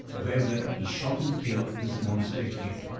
wherewith he shot and killed this monster here.